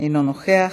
אינו נוכח,